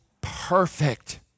perfect